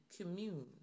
commune